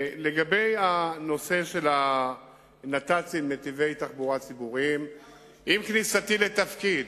בנושא הנת"צים, עם כניסתי לתפקיד